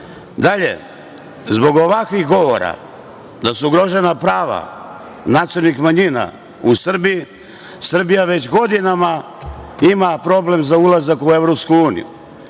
zbog ovakvih govora da su ugrožena prava nacionalnih manjina u Srbiji, Srbija već godinama ima problem za ulazak u EU.